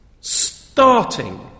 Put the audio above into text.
starting